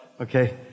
okay